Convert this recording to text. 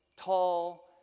tall